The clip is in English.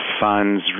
funds